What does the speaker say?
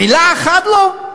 מילה אחת לא?